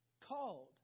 called